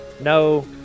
No